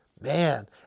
Man